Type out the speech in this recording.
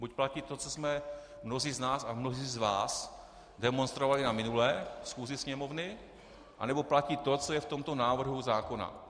Buď platí to, co jsme mnozí z nás a mnozí z vás demonstrovali na minulé schůzi Sněmovny, nebo platí to, co je v tomto návrhu zákona.